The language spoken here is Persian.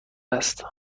است